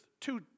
two